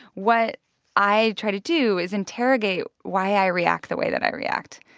what i try to do is interrogate why i react the way that i react.